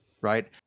right